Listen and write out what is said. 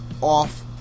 off